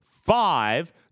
Five